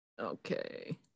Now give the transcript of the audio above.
Okay